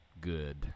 good